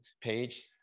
page